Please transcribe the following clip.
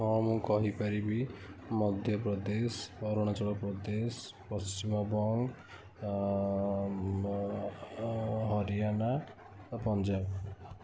ହଁ ମୁଁ କହିପାରିବି ମଧ୍ୟପ୍ରଦେଶ ଅରୁଣାଚଳ ପ୍ରଦେଶ ପଶ୍ଚିମବଙ୍ଗ ହରିୟାଣା ପଞ୍ଜାବ